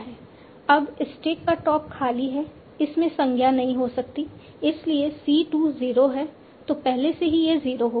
अब स्टैक का टॉप खाली है इसमें संज्ञा नहीं हो सकती है इसलिए c 2 0 है तो पहले से ही यह 0 होगा